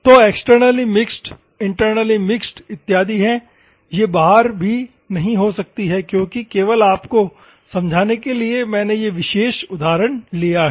तोएक्सटरनली mixed internally mixed इत्यादि हैं यह बाहरी भी नहीं हो सकती है क्योंकि केवल आपको समझाने के लिए मैंने यह विशेष उदाहरण लिया है